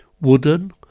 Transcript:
Wooden